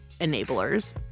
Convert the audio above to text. enablers